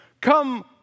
come